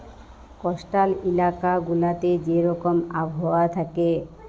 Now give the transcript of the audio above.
coastal ইলাকা গুলাতে যে রকম আবহাওয়া থ্যাকে